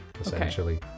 essentially